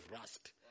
rust